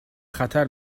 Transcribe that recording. خطر